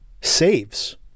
saves